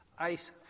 Ice